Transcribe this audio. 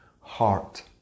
heart